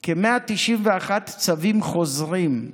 יש כ-191 צווים חוזרים,